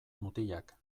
mutilak